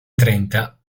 trenta